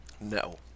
No